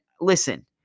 listen